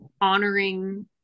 honoring